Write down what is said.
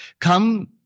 Come